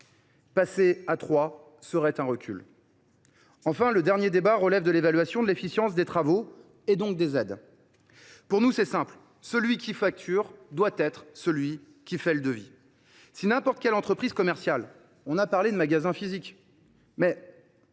passer à trois serait un recul. Enfin, le dernier débat porte sur l’évaluation de l’efficience des travaux, et donc des aides. Pour nous, c’est simple : celui qui facture doit être celui qui fait le devis. Si n’importe quelle entreprise commerciale – on a parlé de magasins physiques, mais